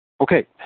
Okay